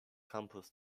campus